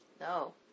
No